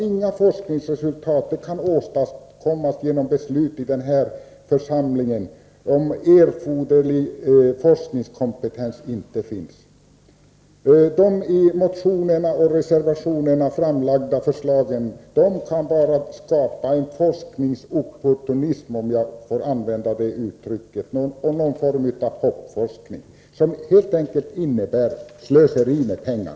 Inga forskningsresultat kan åstadkommas genom beslut i denna församling om inte erforderlig forskningskompe tens finns! De i motionerna och reservationerna framlagda förslagen kan bara skapa en forskningsopportunism, om jag får använda det uttrycket — någon form av popforskning, som helt enkelt innebär slöseri med pengar.